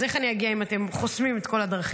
אז איך אני אגיע אם אתם חוסמים את כל הדרכים?